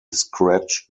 scratched